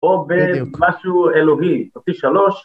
או במשהו אלוהי. או פי שלוש.